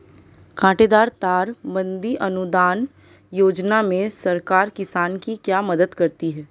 कांटेदार तार बंदी अनुदान योजना में सरकार किसान की क्या मदद करती है?